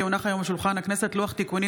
כי הונח היום על שולחן הכנסת לוח תיקונים